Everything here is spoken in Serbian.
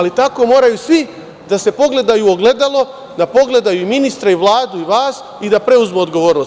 Tako moraju svi da se pogledaju u ogledalo, da pogledaju ministre i Vladu i vas i da preuzmu odgovornost.